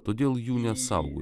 todėl jų nesaugojo